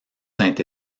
saint